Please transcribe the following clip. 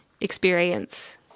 experience